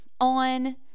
on